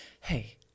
hey